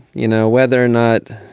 you know, whether or not,